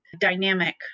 dynamic